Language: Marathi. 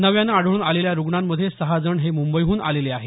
नव्याने आढळून आलेल्या रुग्णामध्ये सहा जण हे मुंबईहुन आलेले आहेत